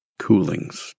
coolings